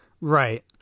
Right